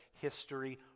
history